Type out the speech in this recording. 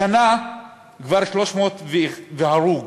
השנה כבר 300 והרוג,